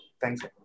Thanks